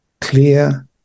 clear